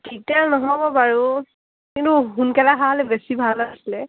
বাৰু কিন্তু সোনকালে অহা হ'লে বেছি ভাল আছিলে